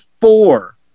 four